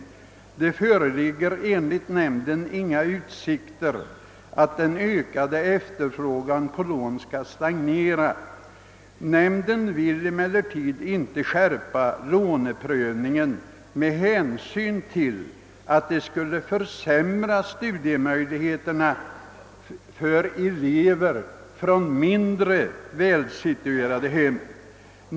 Det föreligger enligt nämnden inga utsikter att den ökade efterfrågan på lån skall stagnera. Nämnden vill emellertid inte skärpa låneprövningen med hänsyn till att det skulle försämra studiemöjligheterna för elever från mindre välsituerade hem.